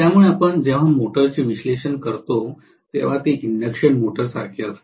त्यामुळे आपण जेव्हा मोटरचे विश्लेषण करतो तेव्हा ते इंडक्शन मोटरसारखे असते